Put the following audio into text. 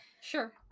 Sure